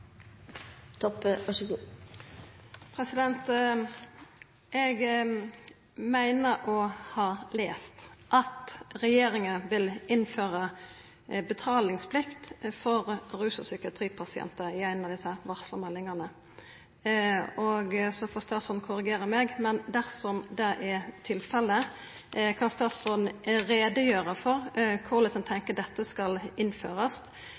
Eg meiner å ha lese at regjeringa vil innføra betalingsplikt for rus- og psykiatripasientar i ei av desse varsla meldingane. Statsråden får korrigera meg, men dersom det er tilfellet, kan statsråden gjera greie for korleis ein tenkjer seg at dette skal innførast